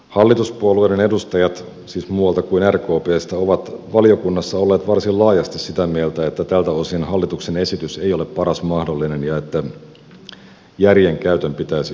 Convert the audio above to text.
hallituspuolueiden edustajat siis muualta kuin rkpstä ovat valiokunnassa olleet varsin laajasti sitä mieltä että tältä osin hallituksen esitys ei ole paras mahdollinen ja että järjen käytön pitäisi olla sallittua